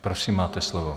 Prosím, máte slovo.